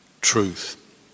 truth